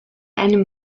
einem